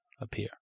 appear